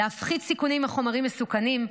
להפחית סיכונים מחומרים מסוכנים.